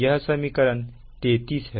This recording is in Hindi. यह समीकरण 33 है